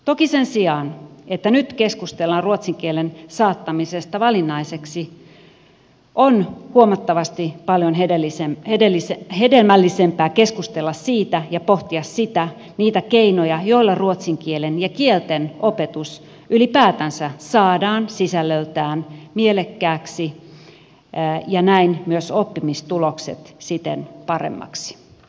toki sen sijaan että nyt keskustellaan ruotsin kielen saattamisesta valinnaiseksi on huomattavasti paljon hedelmällisempää keskustella niistä keinoista ja pohtia niitä joilla ruotsin kielen ja kielten opetus ylipäätänsä saadaan sisällöltään mielekkääksi ja näin myös oppimistulokset siten paremmiksi